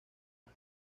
más